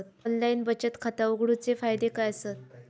Online बचत खाता उघडूचे फायदे काय आसत?